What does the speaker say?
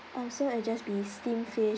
um so it'll just be steamed fish